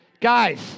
Guys